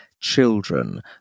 children